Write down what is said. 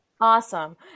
Awesome